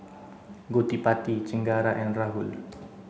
Gottipati Chengara and Rahul